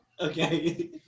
Okay